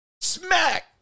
Smack